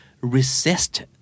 resist